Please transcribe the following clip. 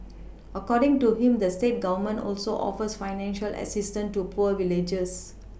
according to him the state Government also offers financial assistance to poor villagers